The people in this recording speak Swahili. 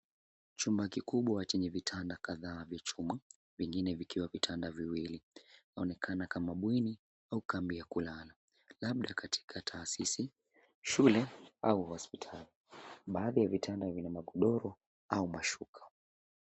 Chumba kikubwa chenye vitanda kadhaa vya chuma, vingine vikiwa vitanda viwili, vyaonekana kama bweni au kambi ya kulala, labda katika taasisi, shule au hospitali. Baadhi ya vitanda vina magodoro au masuka.